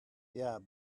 yeah